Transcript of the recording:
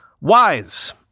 Wise